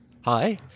Hi